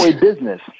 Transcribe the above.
business